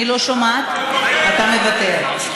אתה מוותר.